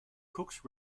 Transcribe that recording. cooks